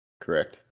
Correct